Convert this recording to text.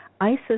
Isis